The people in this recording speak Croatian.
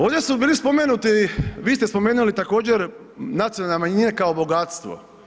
Ovdje su bili spomenuti, vi ste spomenuli također nacionalne manjine kao bogatstvo.